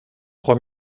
trois